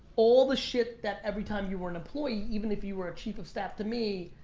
all the shit that every time you were an employee, even if you were a chief of staff to me,